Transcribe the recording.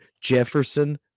Jefferson